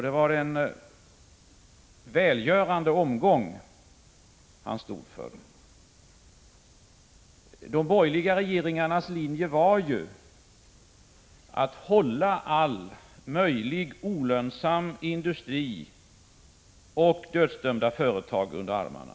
Det var en välgörande 25 omgång han stod för. De borgerliga regeringarnas linje var ju att hålla all möjlig olönsam industri och dödsdömda företag under armarna.